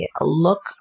look